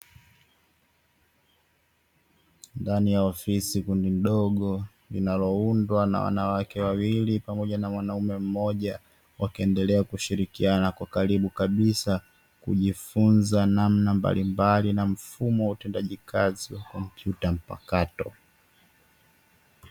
Ndani ya ofisi kundi dogo linaloundwa na wanawake wawili pamoja na mwanaume mmoja, wakiendelea kushirikiana kwa karibu kabisa kujifunza namna mbalimbali na mfumo wa utendaji kazi wa kompyuta mpakato.